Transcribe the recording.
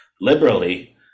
liberally